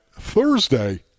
Thursday